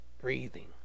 breathing